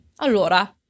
allora